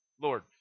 Lord